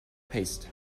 paste